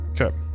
okay